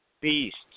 beasts